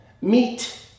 meet